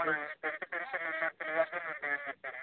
మన tenth friends numbers నీ దగ్గర ఉంటాయని చెప్పారు